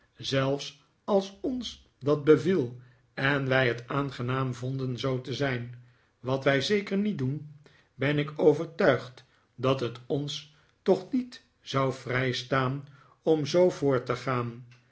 zelfs als ons dat beviel en wij het aangenaam vonden zoo te zijn wat wij zeker niet doen ben ik overtuigd dat het ons toch niet zou vrijstaan om zoo voort te gaan